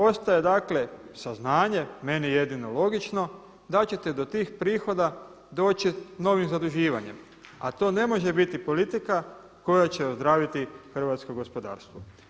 Ostaje dakle saznanje, meni jedino logično da ćete do tih prihoda doći novim zaduživanjem, a to ne može biti politika koja će ozdraviti hrvatsko gospodarstvo.